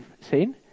seen